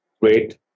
great